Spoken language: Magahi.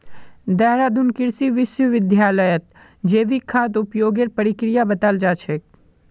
देहरादून कृषि विश्वविद्यालयत जैविक खाद उपयोगेर प्रक्रिया बताल जा छेक